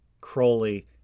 Crowley